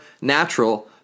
natural